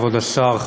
כבוד השר,